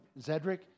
Zedric